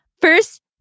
first